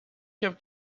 have